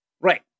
Right